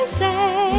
say